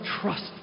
trust